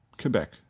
Quebec